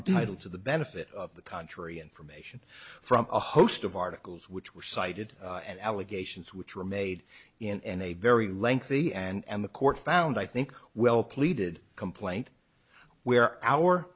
entitled to the benefit of the contrary information from a host of articles which were cited and allegations which were made in a very lengthy and the court found i think well pleaded complaint where our